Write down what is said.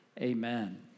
Amen